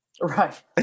right